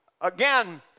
Again